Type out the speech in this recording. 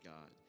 God